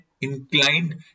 inclined